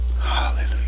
hallelujah